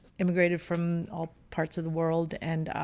immigrated from all parts of the world and,